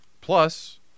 Plus